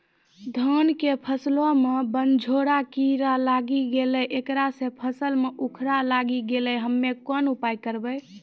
धान के फसलो मे बनझोरा कीड़ा लागी गैलै ऐकरा से फसल मे उखरा लागी गैलै हम्मे कोन उपाय करबै?